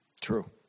True